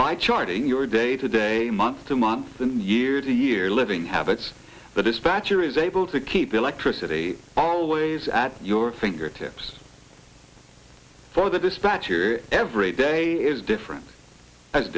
by charting your day to day month to month and year to year living habits the dispatcher is able to keep electricity always at your fingertips for the dispatcher every day is different